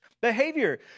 behavior